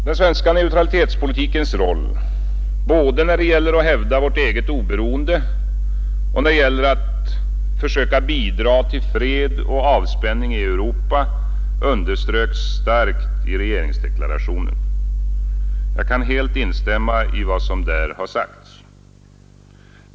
Den svenska neutralitetspolitikens roll både när det gäller att hävda vårt eget oberoende och när det gäller att försöka bidra till fred och avspänning i Europa underströks starkt i regeringsdeklarationen. Jag kan helt instämma i vad som där har sagts.